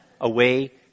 away